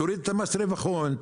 תוריד מס רווח הון,